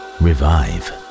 revive